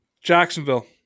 Jacksonville